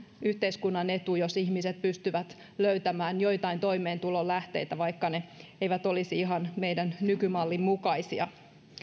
yhteiskunnan etu jos ihmiset pystyvät löytämään joitain toimeentulon lähteitä vaikka ne eivät olisi ihan meidän nykymallin mukaisia